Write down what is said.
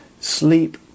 sleep